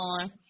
on